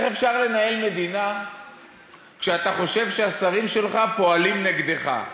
איך אפשר לנהל מדינה כשאתה חושב שהשרים שלך פועלים נגדך?